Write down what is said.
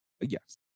Yes